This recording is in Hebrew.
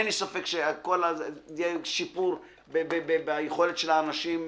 אין לי ספק שיהיה שיפור ביכולת של האנשים לרכוש.